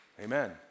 Amen